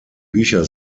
bücher